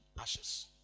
Ashes